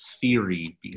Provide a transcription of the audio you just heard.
theory